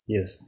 Yes